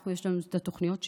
יש לנו את התוכניות שלנו.